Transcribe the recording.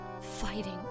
fighting